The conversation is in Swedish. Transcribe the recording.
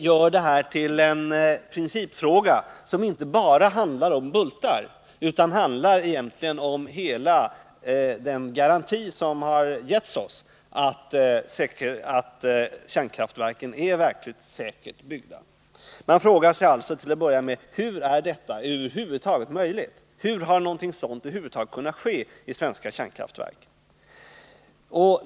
Härmed blir det en principfråga, som inte bara handlar om bultar utan egentligen om hela den garanti som har getts oss, att kärnkraftverken är verkligt säkert byggda. Man frågar sig alltså till att börja med: Hur är detta över huvud taget möjligt? Hur har någonting sådant kunnat ske i svenska kärnkraftverk?